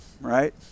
right